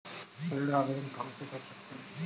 ऋण आवेदन कहां से कर सकते हैं?